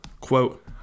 quote